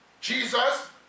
Jesus